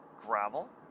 gravel